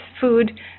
food